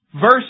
Verse